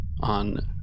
on